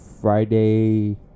friday